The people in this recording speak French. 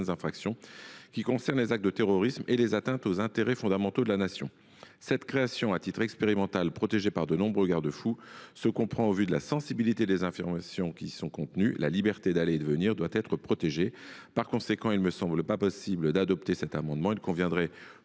infractions qui concernent les actes de terrorisme et les atteintes aux intérêts fondamentaux de la Nation. Cette création à titre expérimental, protégée par de nombreux garde fous, se comprend au vu de la sensibilité des informations qui y sont contenues. La liberté d’aller et de venir doit être protégée. Par conséquent, il ne me semble pas possible d’adopter cet amendement. Il conviendrait,